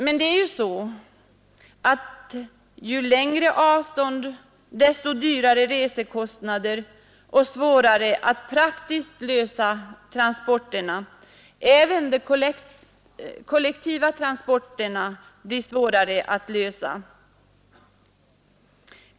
Men ju längre avstånd desto dyrare resor och desto svårare att praktiskt lösa transportproblemen. Även de kollektiva transporternas problem blir svårare att lösa.